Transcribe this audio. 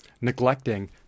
Neglecting